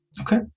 okay